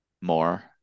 more